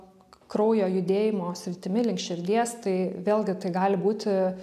kraujo judėjimo sritimi link širdies tai vėlgi tai gali būti